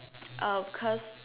uh because